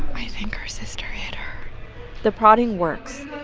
i think her sister hit her the prodding works.